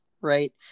right